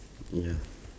ya